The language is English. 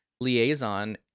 liaison